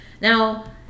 Now